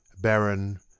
Baron